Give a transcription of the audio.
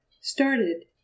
started